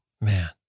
man